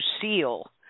seal